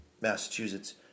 Massachusetts